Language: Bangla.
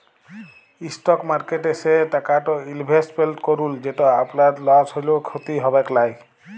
ইসটক মার্কেটে সে টাকাট ইলভেসেট করুল যেট আপলার লস হ্যলেও খ্যতি হবেক লায়